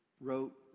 wrote